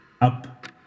up